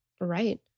Right